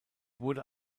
wurde